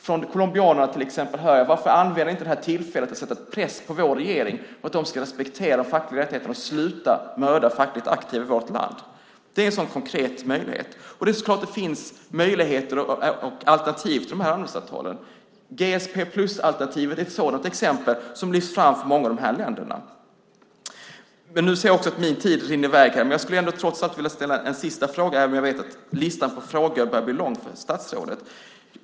Från till exempel colombianerna hör jag: Varför använder ni inte detta tillfälle för att sätta press på vår regering att den ska respektera de fackliga rättigheterna och sluta mörda fackligt aktiva i vårt land? Det är en sådan konkret möjlighet. Det är klart att det finns möjligheter och alternativ till dessa handelsavtal. GSP Plus-alternativet är ett sådant exempel som lyfts fram från många av dessa länder. Jag vill ställa en sista fråga till även om jag vet att listan över frågor börjar bli lång för statsrådet.